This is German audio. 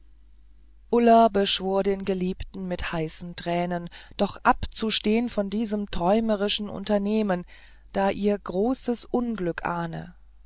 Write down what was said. ulla beschwor den geliebten mit heißen tränen doch abzustehen von diesem träumerischen unternehmen da ihr großes unglück ahne